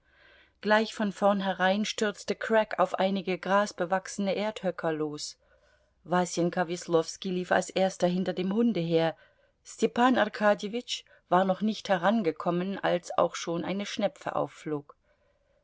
gleich von vornherein stürzte crack auf einige grasbewachsene erdhöcker los wasenka weslowski lief als erster hinter dem hunde her stepan arkadjewitsch war noch nicht herangekommen als auch schon eine schnepfe aufflog